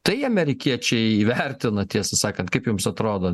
tai amerikiečiai vertina tiesą sakant kaip jums atrodo